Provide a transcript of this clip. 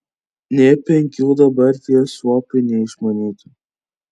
nė penkių dabar tie suopiai neišmanytų